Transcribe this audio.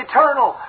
Eternal